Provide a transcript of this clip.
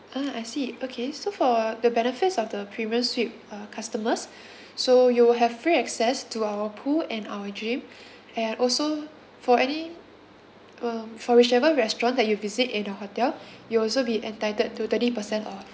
ah I see okay so for the benefits of the premium suite uh customers so you will have free access to our pool and our gym and also for any um for whichever restaurant that you visit in the hotel you'll also be entitled to thirty percent off